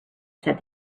said